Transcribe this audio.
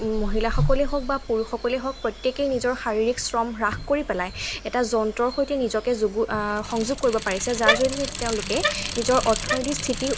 মহিলাসকলেই হওক বা পুৰুষসকলেই হওক প্ৰত্যেকেই নিজৰ শাৰীৰিক শ্ৰম হ্ৰাস কৰি পেলাই এটা যন্ত্ৰৰ সৈতে নিজকে যোগ সংযোগ কৰিব পাৰিছে যাৰ জৰিয়তে তেওঁলোকে নিজৰ অৰ্থনৈতিক স্থিতি